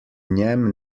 njem